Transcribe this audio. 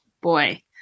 boy